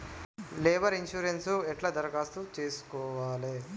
Labour insurance ఎట్ల దరఖాస్తు చేసుకోవాలే?